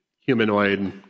humanoid